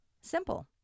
Simple